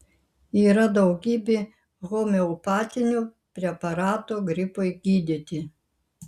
yra daugybė homeopatinių preparatų gripui gydyti